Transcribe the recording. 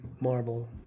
marble